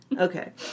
Okay